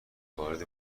وارد